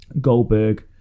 Goldberg